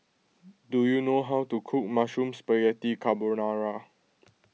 do you know how to cook Mushroom Spaghetti Carbonara